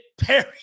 Perry